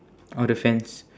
on the fence